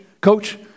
coach